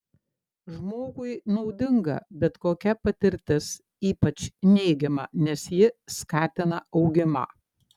žmogui naudinga bet kokia patirtis ypač neigiama nes ji skatina augimą